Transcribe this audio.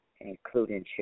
including